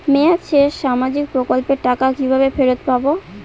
মেয়াদ শেষে সামাজিক প্রকল্পের টাকা কিভাবে ফেরত পাবো?